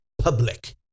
public